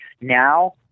now